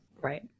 Right